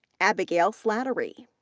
abigehl slattery,